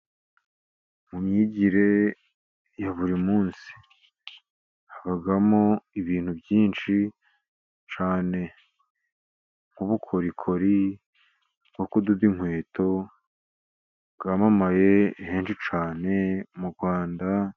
Mu myigire ya buri munsi habamo ibintu byinshi cyane nk'ubukorikori no kudoda inkweto, bwamamaye henshi cyane mu Rwanda